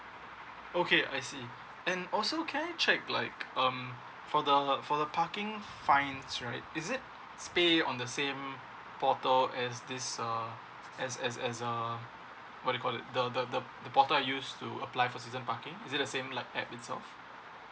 okay I see and also can I check like um for the for the parking fine right is it pay on the same portal as this uh as as as uh what you call it the the the portal I use to apply for season parking is it the same like app itself